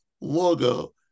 logo